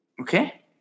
Okay